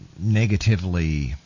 negatively